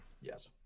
Yes